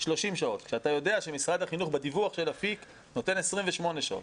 שעות כשאתה יודע שמשרד החינוך בדיווח של אפיק נותן 28 שעות.